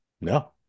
No